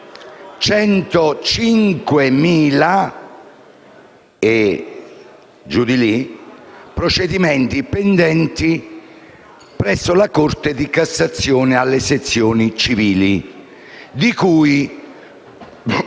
lì) i procedimenti pendenti presso la Corte di cassazione alle sezioni civili, di cui